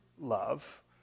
love